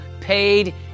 paid